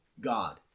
God